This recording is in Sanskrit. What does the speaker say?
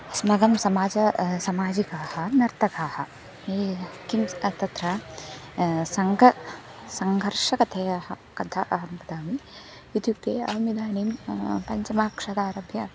अस्माकं समाजः सामाजिकाः नर्तकाः ये किं तत्र सङ्क सङ्घर्षतया कथाम् अहं वदामि इत्युक्ते अहम् इदानीं पञ्चमकक्ष्यातः आरभ्य